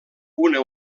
una